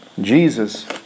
Jesus